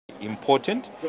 important